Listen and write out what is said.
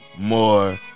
More